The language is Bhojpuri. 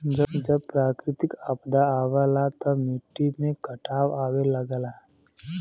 जब प्राकृतिक आपदा आवला त मट्टी में कटाव आवे लगला